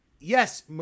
yes